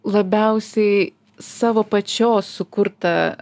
labiausiai savo pačios sukurtą